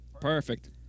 Perfect